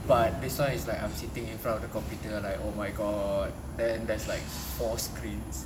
but this [one] is like I'm sitting in front of the computer like oh my god then there's like four screens